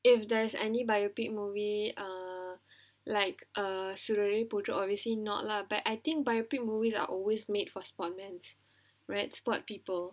if there's any biopic movie err like err Soorarai Pottru pottru obviously not lah but I think biopic movies are always made for sportman right sport people